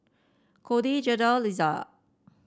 Codey Jada Litzy